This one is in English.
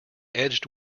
edged